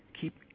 Keep